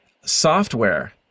software